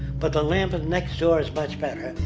but the lamp and next door is much better',